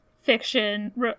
fiction